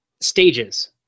stages